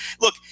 look